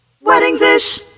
Weddings-ish